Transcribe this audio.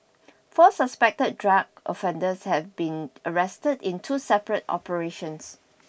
four suspected drug offenders have been arrested in two separate operations